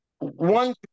One